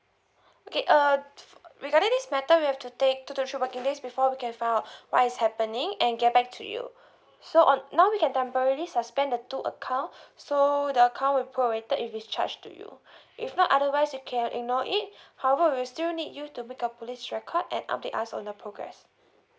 okay uh regarding this matter we have to take two to three working days before we can find out what is happening and get back to you so on now we can temporarily suspended the two account so the account will prorated if it's charged to you if not otherwise you can ignore it however we'll still need you to make a police record and update us on the progress